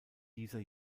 dieser